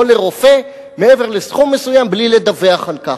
לרופא מעבר לסכום מסוים בלי לדווח על כך?